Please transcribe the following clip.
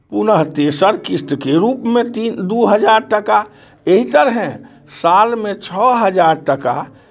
पुनः तेसर किस्तके रूपमे तीन दू हजार टाका एहि तरहेँ सालमे छओ हजार टाका